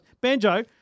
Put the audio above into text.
Banjo